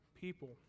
people